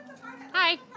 hi